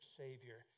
savior